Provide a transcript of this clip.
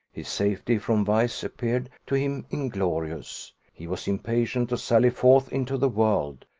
his safety from vice appeared to him inglorious he was impatient to sally forth into the world,